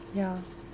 ya